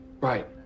Right